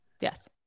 Yes